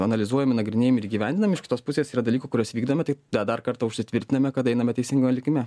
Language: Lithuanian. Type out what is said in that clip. analizuojami nagrinėjami ir įgyvendinami iš kitos pusės yra dalykų kuriuos vykdome tai da dar kartą užsitvirtiname kad einame teisinga linkme